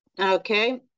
Okay